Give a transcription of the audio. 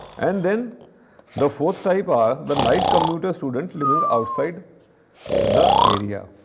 and then the fourth type are the night commuter students living outside the area.